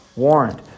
warrant